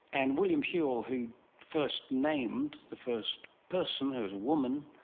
and william whewell, who first named the first person, who was a woman,